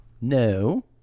No